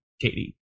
Katie